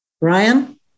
Brian